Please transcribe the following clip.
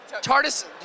TARDIS